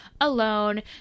alone